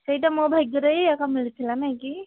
ସେଇଟା ମୋ ଭାଗ୍ୟରେ ହିଁ ଏକା ମିଳିଥିଲା ନାଇ କି